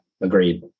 Agreed